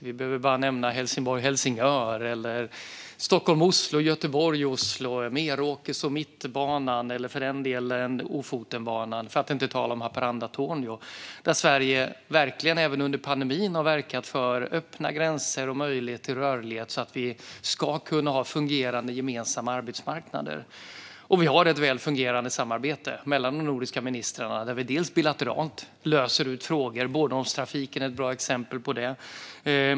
Vi behöver bara nämna Helsingborg-Helsingör, Stockholm-Oslo, Göteborg-Oslo, Meråker och Mittbanan eller för den delen Ofotenbanan för att inte tala om Haparanda-Torneå. Där har Sverige även under pandemin verkat för öppna gränser och möjlighet till rörlighet så att vi ska kunna ha fungerande gemensamma arbetsmarknader. Vi har ett väl fungerande samarbete mellan de nordiska ministrarna där vi bilateralt löser ut frågor. Bornholmstrafiken är ett bra exempel på det.